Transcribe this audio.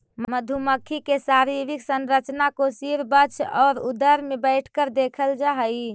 मधुमक्खी के शारीरिक संरचना को सिर वक्ष और उदर में बैठकर देखल जा हई